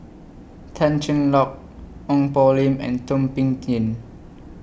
Tan Cheng Lock Ong Poh Lim and Thum Ping Tjin